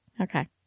Okay